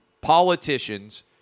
politicians